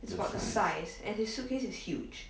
the size